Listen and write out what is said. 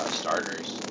starters